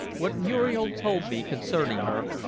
what muriel told me concerning her,